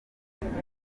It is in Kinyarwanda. uruhare